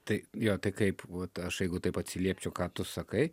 tai jo tai kaip vat aš jeigu taip atsiliepčiau ką tu sakai